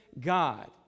God